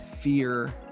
fear